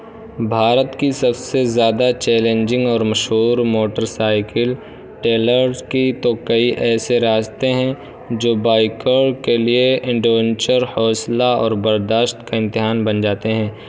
بھارت کی سب سے زیادہ چیلنجنگ اور مشہور موٹر سائیکل ٹریل کی تو کئی ایسے راستے ہیں جو بائکر کے لیے ایڈونچر حوصلہ اور برداشت کا امتحان بن جاتے ہیں